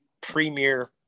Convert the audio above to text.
premier